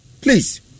please